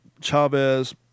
Chavez